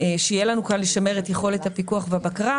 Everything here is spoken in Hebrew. בגלל החשיבות לשמר את יכולת הפיקוח והבקרה,